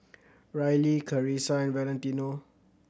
Rylee Carisa and Valentino